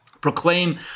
proclaim